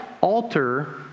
alter